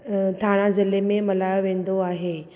थाणा ज़िले में मल्हायो वेंदो आहे